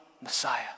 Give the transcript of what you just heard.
Messiah